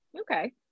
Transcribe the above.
Okay